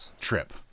trip